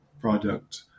product